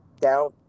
down